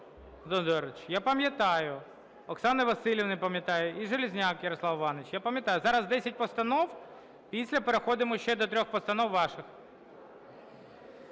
Ще ваша, я пам'ятаю. Оксани Василівни, пам'ятаю. І Железняк Ярослав Іванович, я пам'ятаю. Зараз десять постанов. Після переходимо ще до трьох постанов ваших.